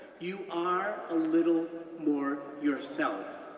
you are a little more yourself.